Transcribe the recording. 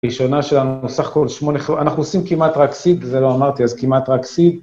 הראשונה שלנו, סך הכול שמונה, אנחנו עושים כמעט רק סיד, זה לא אמרתי, אז כמעט רק סיד.